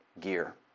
gear